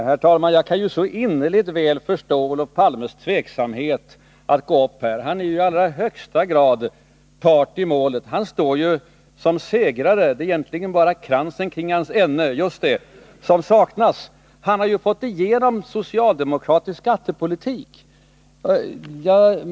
Herr talman! Jag kan så innerligt väl förstå Olof Palmes tveksamhet inför att gå upp i detta replikskifte. Han är ju i allra högsta grad part i målet. Han står ju som segrare. Det är egentligen bara kransen kring hans änne som saknas. Han har fått igenom en socialdemokratisk skattepolitik.